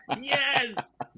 yes